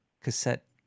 cassette